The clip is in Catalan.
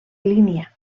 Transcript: línia